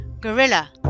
gorilla